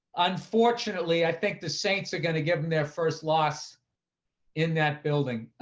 unfortunately i think the saints are going to give them their first loss in that building.